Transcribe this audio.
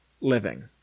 living